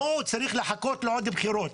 לא צריך לחכות לעוד בחירות.